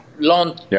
long